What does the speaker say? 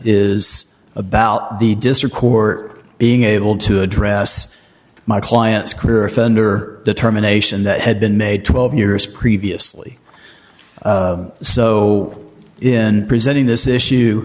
is about the district court being able to address my client's clear offender determination that had been made twelve years previously so in presenting this issue